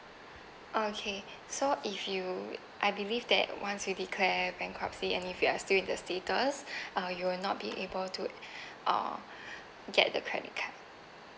okay so if you I believe that once you declare bankruptcy and if you're still in the status uh you will not be able to uh get the credit card